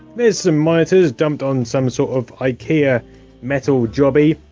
there's some monitors dumped on some sort of ikea metal jobby.